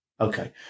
Okay